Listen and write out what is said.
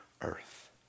earth